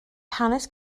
hanes